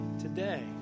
today